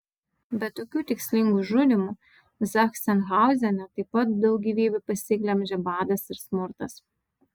be tokių tikslingų žudymų zachsenhauzene taip pat daug gyvybių pasiglemžė badas ir smurtas